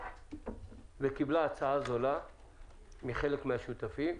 היא קיבלה הצעה זולה מחלק מן השותפים.